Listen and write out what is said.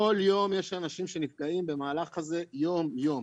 כל יום יש אנשים שנפגעים במהלך הזה, יום-יום.